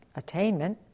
attainment